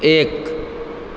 एक